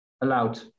allowed